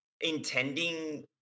intending